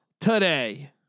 today